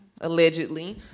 allegedly